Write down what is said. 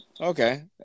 Okay